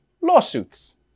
lawsuits